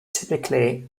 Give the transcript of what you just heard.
typically